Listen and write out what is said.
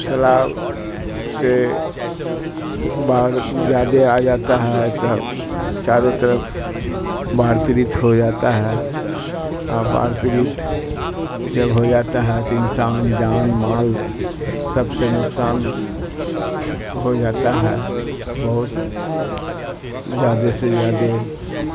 سیلاب سے باڑھ زیادہ آ جاتا ہے تو چاروں طرف باڑھ پیڑت ہو جاتا ہے اور باڑھ پیڑت جب ہو جاتا ہے تو انسان جان مال سب سے نقصان ہو جاتا ہے بہت زیادہ سے زیادہ